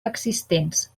existents